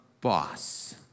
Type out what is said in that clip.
boss